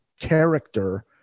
character